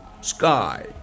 sky